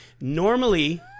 Normally